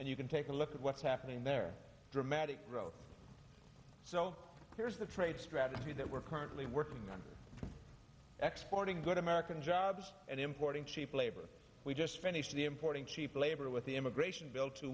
and you can take a look at what's happening there dramatic growth so here's the trade strategy that we're currently working on exploiting good american jobs and importing cheap labor we just finished the importing cheap labor with the immigration bill two